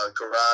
garage